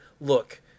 Look